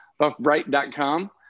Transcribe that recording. Buffbright.com